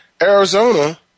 Arizona